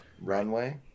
Runway